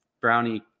brownie